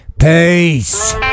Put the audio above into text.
Peace